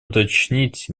уточнить